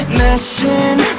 messing